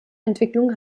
entwicklung